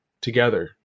together